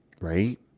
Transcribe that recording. right